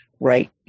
right